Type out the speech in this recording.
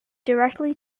directly